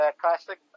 classic